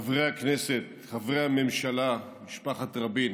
חברי הכנסת, חברי הממשלה, משפחת רבין,